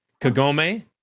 kagome